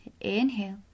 inhale